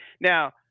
Now